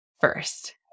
first